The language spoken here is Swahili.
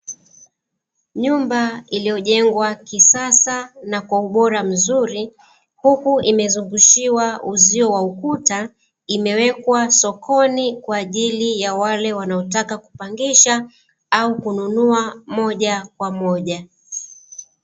Nyumba iliyojengwa kisasa na kwa ubora mzuri huku imezungushwa uzio wa ukuta imewekwa sokoni kwa ajili ya wale wanaotaka kupangisha au kununua moja kwa moja